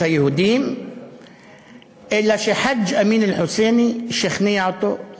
היהודים אלא שחאג' אמין אל-חוסייני שכנע אותו,